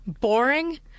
Boring